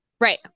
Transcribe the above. Right